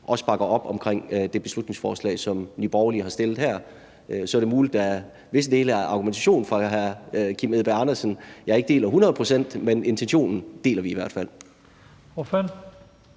også bakker op omkring det beslutningsforslag, som Nye Borgerlige har fremsat. Så er det muligt, at der er visse dele af argumentationen fra hr. Kim Edberg Andersen, jeg ikke deler hundrede procent, men intentionen deler vi i hvert fald.